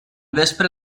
vespre